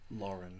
Lauren